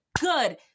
good